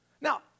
Now